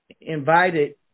invited